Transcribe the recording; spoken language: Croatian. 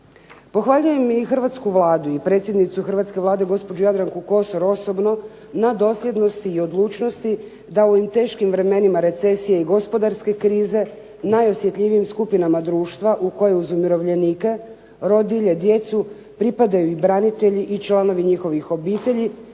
Pohvaljujem i hrvatsku Vladu i predsjednicu hrvatske Vlade gospođu Jadranku Kosor osobno na dosljednosti i odlučnosti da u ovim teškim vremenima recesije i gospodarske krize najosjetljivijim skupinama društava koje uz umirovljenike, rodilje, djecu pripadaju i branitelji i članovi njihovih obitelji